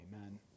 Amen